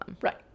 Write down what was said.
Right